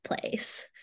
place